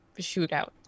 shootout